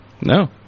No